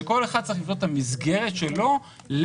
כשכל אחד צריך לבנות את המסגרת שלו לפיילוטים